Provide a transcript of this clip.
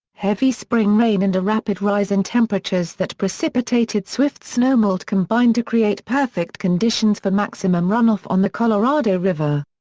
heavy spring rain and a rapid rise in temperatures that precipitated swift snowmelt combined to create perfect conditions for maximum runoff on the colorado river.